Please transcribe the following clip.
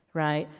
right.